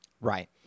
Right